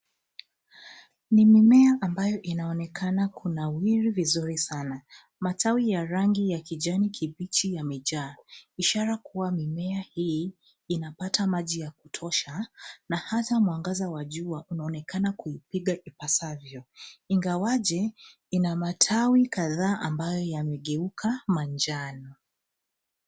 Ni mimea ambayo inaonekana kunawiri vizuri sana. Matawi ya rangi ya kijani kibichi yamejaa, ishara kuwa mimea hii, inapata maji ya kutosha, na hata mwangaza wa jua unaonekana kuiga ipasavyo. Ingawaje, ina matawi kadhaa ambayo yamegeuka manjano.